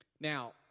Now